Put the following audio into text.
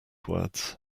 words